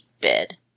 bed